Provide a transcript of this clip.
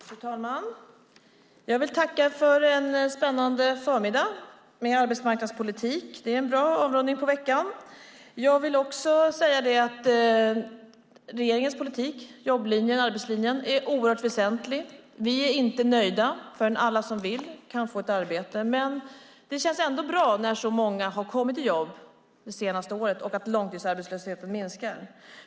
Fru talman! Jag vill tacka för en spännande förmiddag med arbetsmarknadspolitik. Det är en bra avrundning på veckan. Regeringens politik med jobblinjen och arbetslinjen är oerhört väsentlig. Vi är inte nöjda förrän alla som vill kan få ett arbete. Men det känns ändå bra att så många har kommit i jobb det senaste året och att långtidsarbetslösheten minskar.